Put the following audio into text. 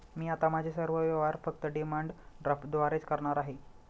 मी आता माझे सर्व व्यवहार फक्त डिमांड ड्राफ्टद्वारेच करणार आहे